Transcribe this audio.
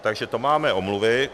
Takže to máme omluvy.